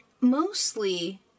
mostly